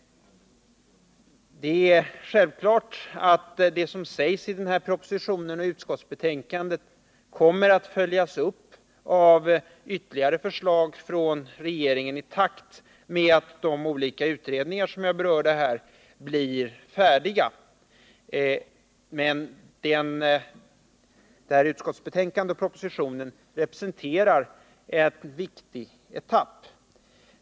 Det är självklart, som sägs i propositionen och betänkandet, att den redovisning som lämnas kommer att följas upp av regeringen i takt med att de olika utredningar som jag nämnde blir färdiga. Utskottsbetänkandet och propositionen representerar emellertid en viktig etapp.